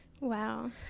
Wow